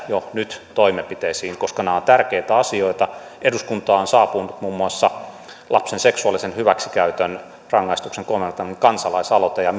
jo nyt toimenpiteisiin koska nämä ovat tärkeitä asioita eduskuntaan on saapunut muun muassa lapsen seksuaalisen hyväksikäytön rangaistuksen koventamisesta kansalaisaloite ja